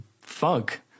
funk